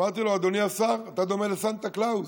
אמרתי לו: אדוני השר, אתה דומה לסנטה קלאוס.